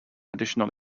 additional